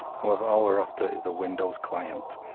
however all we're after is the windows client